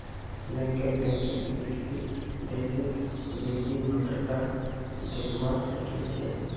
banker बैंकक विकसित देशत बेसी मात्रात देखवा सके छै